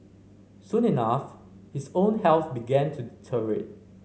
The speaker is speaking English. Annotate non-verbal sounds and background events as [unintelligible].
soon enough his own health began to [unintelligible]